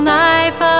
life